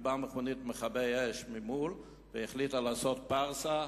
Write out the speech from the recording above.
ובאה מכונית מכבי-אש ממול והחליטה לעשות פרסה,